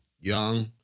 young